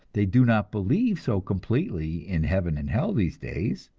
they do not believe so completely in heaven and hell these days,